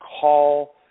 call